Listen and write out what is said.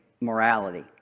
morality